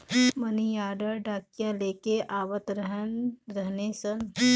मनी order डाकिया लेके आवत रहने सन